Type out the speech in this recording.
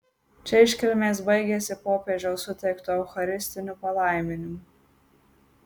čia iškilmės baigėsi popiežiaus suteiktu eucharistiniu palaiminimu